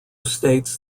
states